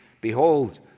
Behold